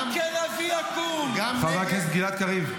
"עם כלבִיא יקום." חבר הכנסת גלעד קריב.